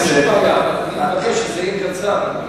מבקש שזה יהיה קצר.